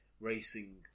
racing